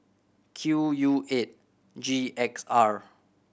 Q U eight G X R